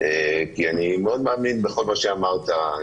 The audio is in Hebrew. כי אני מאוד מאמין בכל מה שאמרת.